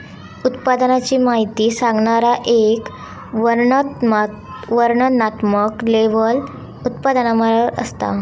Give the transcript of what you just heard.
उत्पादनाची माहिती सांगणारा एक वर्णनात्मक लेबल उत्पादनावर असता